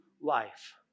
life